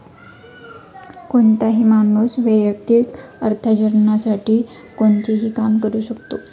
कोणताही माणूस वैयक्तिक अर्थार्जनासाठी कोणतेही काम करू शकतो